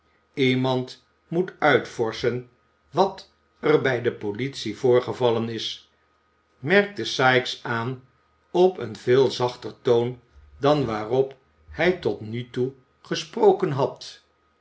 iemand moet uitvorschen wat er bij de politie voorgevallen is merkte sikes aan op een veel zachter toon dan waarop hij tot nu toe gesproken had